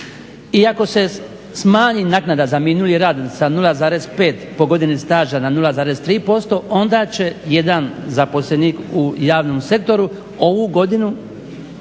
ako se smanji naknada za minuli rad sa 0,5 po godini staža na 0,3% onda će jedan zaposlenik u javnom sektoru ovu godinu